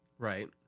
Right